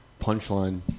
punchline